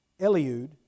Eliud